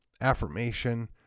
affirmation